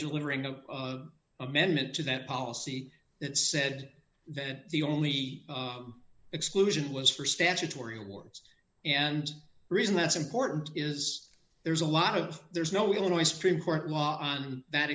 delivering an amendment to that policy that said that the only exclusion was for statutory awards and reason that's important is there's a lot of there is no illinois supreme court law on that